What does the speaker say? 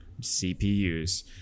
CPUs